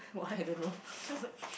I don't know